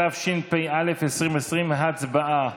התשפ"א 2020. הצבעה.